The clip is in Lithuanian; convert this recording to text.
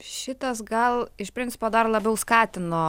šitas gal iš principo dar labiau skatino